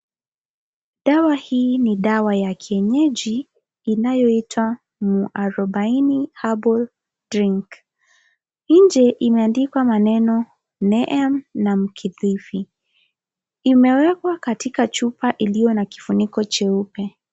Dawa hii ni dawa ya kienyeji inayoitwa Mwarobaini Herbal Drink nje imeandikwa maneno (cs)Nehem(cs) na (cs)Mkidifi(cs) imewekwa katika chupa iliyo na kifuniko jeupe.